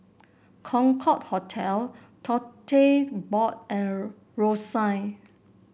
Concorde Hotel Tote Board and Rosyth